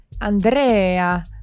Andrea